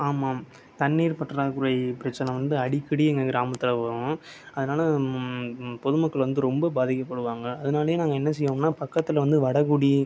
ஆமாம் தண்ணீர் பற்றாக்குறை பிரச்சினை வந்து அடிக்கடி எங்கள் கிராமத்தில் வரும் அதனால் பொதுமக்கள் வந்து ரொம்ப பாதிக்கப்படுவாங்க அதனாலேயே நாங்கள் என்ன செய்வோம்னா பக்கத்தில வந்து வடகுடி